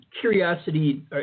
Curiosity